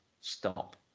stop